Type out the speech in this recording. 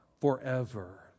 forever